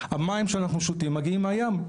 המים שאנחנו שותים מגיעים מהים,